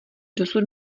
dosud